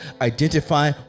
identify